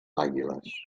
àguiles